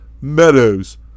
Meadows